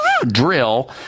drill